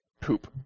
Poop